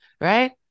right